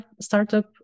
startup